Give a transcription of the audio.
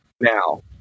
Now